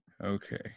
Okay